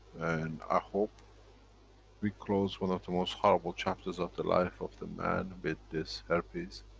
and i hope we close one of the most horrible chapters of the life of the man with this herpes.